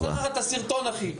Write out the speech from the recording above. אני אשלח לך את הסרטון, אחי.